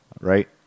Right